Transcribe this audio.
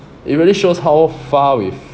it really shows how far we've